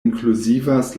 inkluzivas